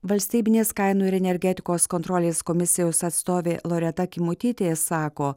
valstybinės kainų ir energetikos kontrolės komisijos atstovė loreta kimutytė sako